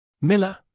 Miller